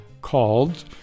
called